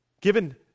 given